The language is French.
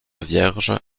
vierge